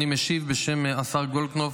אני משיב בשם השר גולדקנופ.